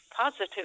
positive